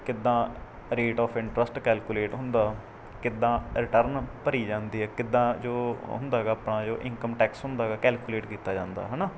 ਕਿੱਦਾਂ rate of interest calculate ਹੁੰਦਾ ਕਿੱਦਾਂ ਰਿਟਰਨ ਭਰੀ ਜਾਂਦੀ ਹੈ ਕਿੱਦਾਂ ਜੋ ਹੁੰਦਾ ਹੈਗਾ ਆਪਣਾ ਜੋ ਇਨਕਮ ਟੈਕਸ ਹੁੰਦਾ ਹੈਗਾ ਕੈਲਕੂਲੇਟ ਕੀਤਾ ਜਾਂਦਾ ਹੈਨਾ